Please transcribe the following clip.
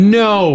no